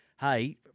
hey